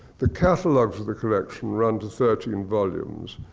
the catalog for the collection run to thirteen volumes,